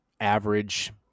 average